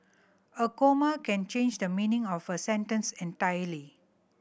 a comma can change the meaning of a sentence entirely